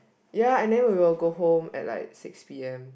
ya and then we will go home at like six P_M